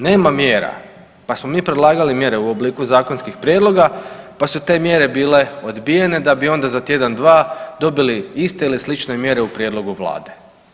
Nema mjera, pa smo mi predlagali mjere u obliku zakonskih prijedloga, pa su te mjere bile odbijene da bi onda za tjedan, dva dobili iste ili slične mjere u prijedlogu vlade.